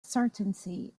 certainty